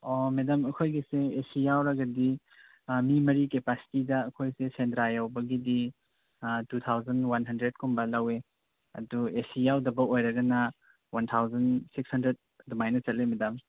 ꯑꯣ ꯃꯦꯗꯥꯃ ꯑꯩꯈꯣꯏꯒꯤꯁꯦ A C ꯌꯥꯎꯔꯒꯗꯤ ꯃꯤ ꯃꯔꯤ ꯀꯦꯄꯥꯁꯤꯇꯤꯗ ꯑꯩꯈꯣꯏꯁꯦ ꯁꯦꯟꯗ꯭ꯔꯥ ꯌꯧꯕꯒꯤꯗꯤ ꯇꯨ ꯊꯥꯎꯖꯟ ꯋꯥꯟ ꯍꯟꯗ꯭ꯔꯦꯠꯀꯨꯝꯕ ꯂꯧꯋꯦ ꯑꯗꯨ ꯑꯦ ꯁꯤ ꯌꯥꯎꯗꯕ ꯑꯣꯏꯔꯒꯅ ꯋꯥꯟ ꯊꯥꯎꯖꯟ ꯁꯤꯛꯁ ꯍꯟꯗ꯭ꯔꯦꯠ ꯑꯗꯨꯃꯥꯏꯅ ꯆꯠꯂꯦ ꯃꯦꯗꯥꯝ